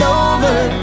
over